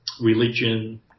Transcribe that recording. religion